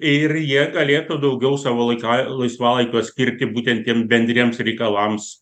ir jie galėtų daugiau savo laiką laisvalaikio skirti būtent tiem bendriems reikalams